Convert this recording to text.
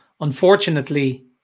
unfortunately